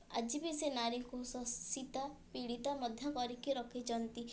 ଆଜିବି ସେ ନାରୀକୁ ଶୋଷିତା ପୀଡ଼ିତା ମଧ୍ୟ କରିକି ରଖିଛନ୍ତି